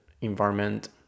environment